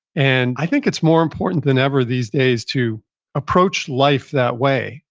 and i think it's more important than ever these days to approach life that way,